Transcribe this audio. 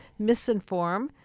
misinform